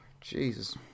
Jesus